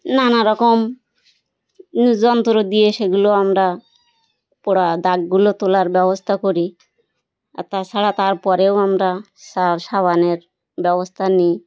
নানা রকম যন্ত্র দিয়ে সেগুলো আমরা পোড়া দাগগুলো তোলার ব্যবস্থা করি আর তা ছাড়া তারপরেও আমরা সাবানের ব্যবস্থা নিই